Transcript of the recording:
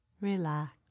Relax